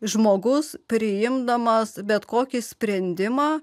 žmogus priimdamas bet kokį sprendimą